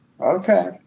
Okay